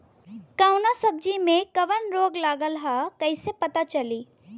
कौनो सब्ज़ी में कवन रोग लागल ह कईसे पता चली?